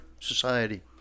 Society